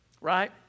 Right